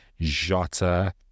Jota